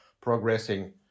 progressing